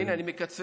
הינה, אני מקצר.